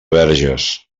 verges